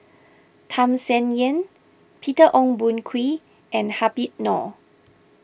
Tham Sien Yen Peter Ong Boon Kwee and Habib Noh